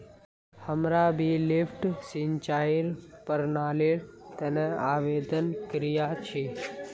हमरा भी लिफ्ट सिंचाईर प्रणालीर तने आवेदन करिया छि